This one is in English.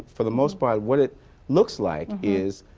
for the most part what it looks like is,